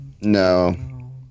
No